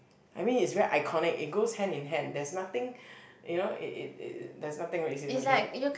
I mean it's very iconic it goes hand in hand there's nothing you know it it it it that's nothing racist okay